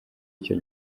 icyo